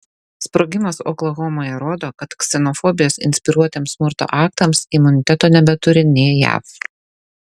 sprogimas oklahomoje rodo kad ksenofobijos inspiruotiems smurto aktams imuniteto nebeturi nė jav